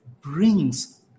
brings